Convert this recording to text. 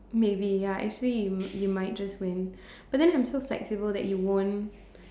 maybe ya actually you you might just win but then I'm so flexible that you won't